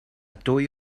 dwy